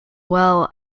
well